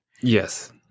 Yes